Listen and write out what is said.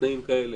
התנאים כאלה,